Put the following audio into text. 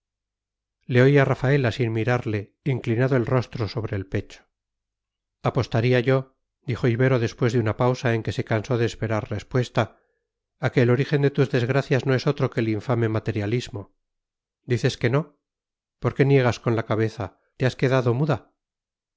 le oía rafaela sin mirarle inclinado el rostro sobre el pecho apostaría yo dijo ibero después de una pausa en que se cansó de esperar respuesta a que el origen de tus desgracias no es otro que el infame materialismo dices que no por qué niegas con la cabeza te has quedado muda